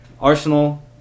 Arsenal